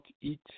eat